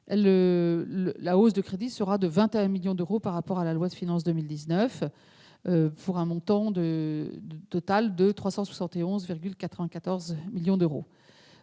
La hausse de leurs crédits s'établira à 21 millions d'euros par rapport à la loi de finances pour 2019, pour un montant total de 371,94 millions d'euros.